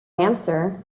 answer